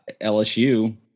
lsu